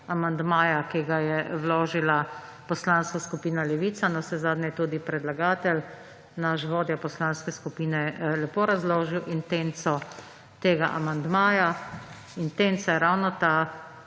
amandmaja, ki ga je vložila Poslanska skupina Levica. Navsezadnje je tudi predlagatelj – naš vodja poslanske skupine lepo razložil intenco tega amandmaja. Intenca je ravno ta,